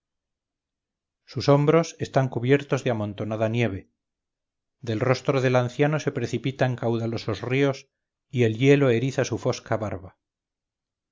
sus hombros están cubiertos de amontonada nieve del rostro del anciano se precipitan caudalosos ríos y el hielo eriza su fosca barba